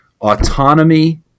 autonomy